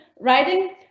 writing